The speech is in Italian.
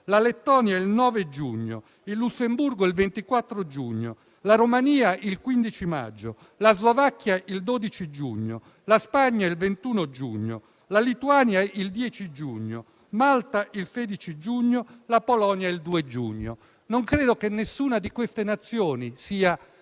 la Lettonia il 9 giugno; il Lussemburgo il 24 giugno; la Romania il 15 maggio; la Slovacchia il 12 giugno; la Spagna il 21 giugno; la Lituania il 10 giugno; Malta il 16 giugno; la Polonia il 2 giugno; la Francia ha fissato il